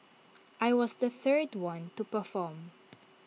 I was the third one to perform